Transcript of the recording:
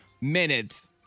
minutes